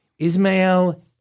Ismael